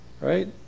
Right